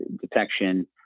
detection